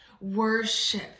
worship